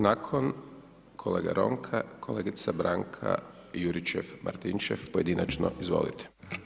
Nakon kolege Ronka, kolegica Branka Juričev-Martinčev, pojedinačno izvolite.